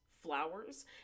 flowers